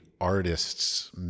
artist's